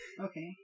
Okay